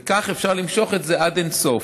וכך אפשר למשוך את זה עד אין-סוף.